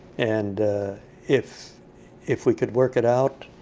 and if if we could work it out,